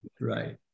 Right